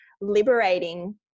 liberating